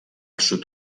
sud